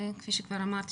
כפי שכבר אמרתי,